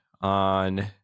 on